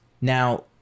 Now